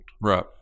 Right